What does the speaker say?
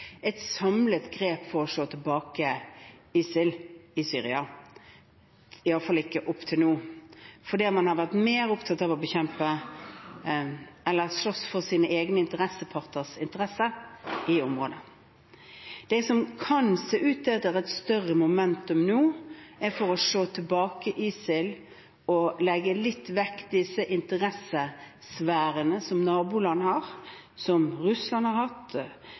et samlet grep for å slå tilbake ISIL i Syria, iallfall ikke frem til nå, fordi man har vært mer opptatt av å slåss for sine egne interesseparters interesser i området. Det som kan se ut til å være et større «momentum» nå, er å slå tilbake ISIL og legge litt vekk disse interessesfærene som naboland har, som Russland har hatt,